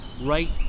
right